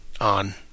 On